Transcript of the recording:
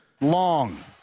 long